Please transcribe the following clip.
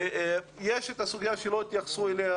יש את הסוגיה שלא התייחסו אליה